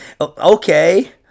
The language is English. Okay